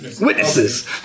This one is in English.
Witnesses